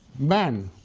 man,